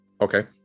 Okay